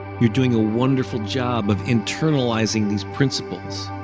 you're doing a wonderful job of internalizing these principles.